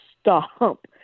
stop